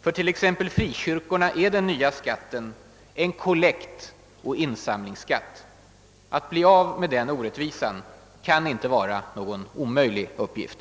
För t.ex. frikyrkorna är den nya skatten en kollektoch insamlingsskatt. Att avskaffa den orättvisan kan inte vara någon omöjlig uppgift.